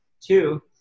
Two